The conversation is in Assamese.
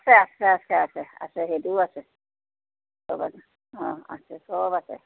আছে আছে আছে আছে আছে সেইটোও আছে চব আছে চব আছে